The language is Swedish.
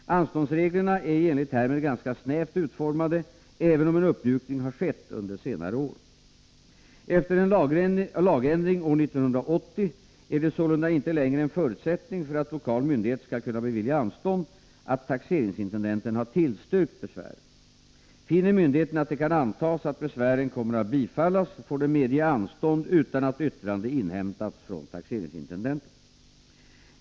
Anståndsreglerna är i enlighet härmed ganska snävt utformade, även om en uppmjukning har skett under senare år. Efter en lagändring år 1980 är det sålunda inte längre en förutsättning för att lokal skattemyndighet skall kunna bevilja anstånd att taxeringsintendenten tillstyrkt besvären. Finner myndigheten att det kan antas att besvären kommer att bifallas får den medge anstånd utan att yttrande inhämtas från taxeringsintendenten.